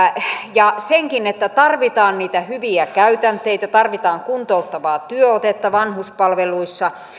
ja senkin että tarvitaan niitä hyviä käytänteitä tarvitaan kuntouttavaa työotetta vanhuspalveluissa